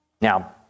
Now